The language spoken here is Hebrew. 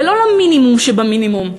ולא למינימום שבמינימום.